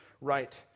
right